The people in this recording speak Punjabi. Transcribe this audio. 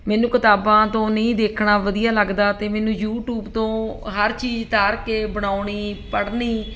ਮੈਨੂੰ ਕਿਤਾਬਾਂ ਤੋਂ ਨਹੀਂ ਦੇਖਣਾ ਵਧੀਆ ਲੱਗਦਾ ਅਤੇ ਮੈਨੂੰ ਯੂਟੂਬ ਤੋਂ ਹਰ ਚੀਜ਼ ਉਤਾਰ ਕੇ ਬਣਾਉਣੀ ਪੜ੍ਹਨੀ